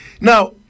Now